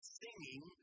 singing